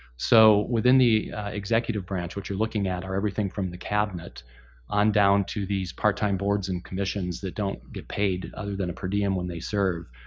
so within the executive branch what you're looking at are everything from the cabinet on down to these part-time boards and commissions that don't get paid other than a per diem when they serve,